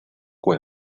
web